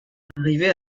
arrivé